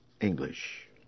English